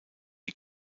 die